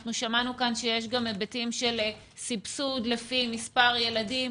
אנחנו שמענו כאן שיש גם היבטים של סבסוד לפי מספר ילדים.